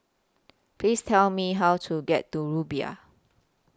Please Tell Me How to get to Rumbia